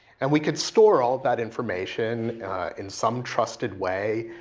and we could store all that information in some trusted way,